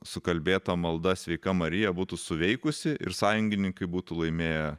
sukalbėta malda sveika marija būtų suveikusi ir sąjungininkai būtų laimėję